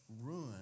ruin